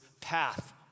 path